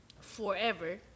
forever